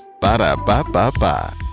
Ba-da-ba-ba-ba